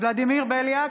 ולדימיר בליאק,